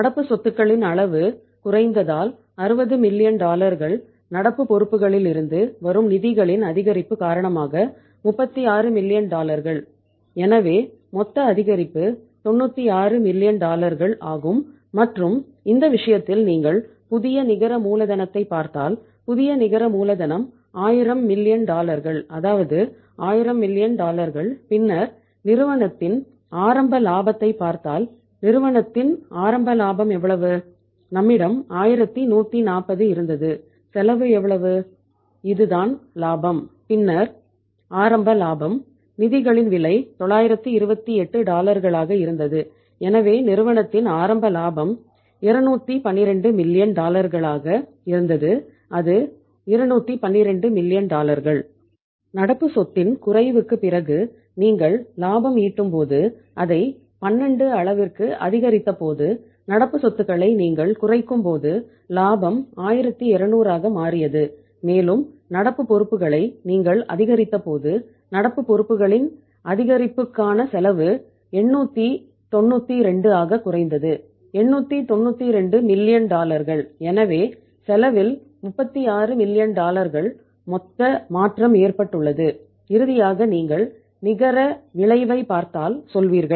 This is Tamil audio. நடப்பு சொத்தின் குறைவுக்குப் பிறகு நீங்கள் லாபம் ஈட்டும்போது அதை 12 அளவுக்கு அதிகரித்தபோது நடப்பு சொத்துகளை நீங்கள் குறைக்கும்போது லாபம் 1200 ஆக மாறியது மேலும் நடப்பு பொறுப்புகளை நீங்கள் அதிகரித்த போது நடப்பு பொறுப்புகளின் அதிகரிப்புக்கான செலவு 892 ஆக குறைந்தது 892 மில்லியன் மொத்த மாற்றம் ஏற்பட்டுள்ளது இறுதியாக நீங்கள் நிகர விளைவைப் பார்த்தால் சொல்வீர்கள்